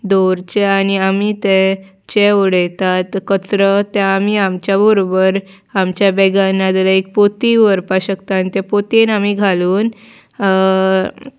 दवरचें आनी आमी ते जे उडयतात कचरो ते आमी आमच्या बरोबर आमच्या बॅगान नाजाल्यार एक पोती व्हरपाक शकता आनी ते पोतयेन आमी घालून